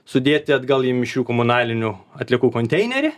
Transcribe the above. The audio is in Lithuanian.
sudėti atgal į mišrių komunalinių atliekų konteinerį